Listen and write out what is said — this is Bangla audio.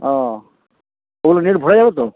ও ওগুলো নেট ভরা যাবে তো